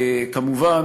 כמובן,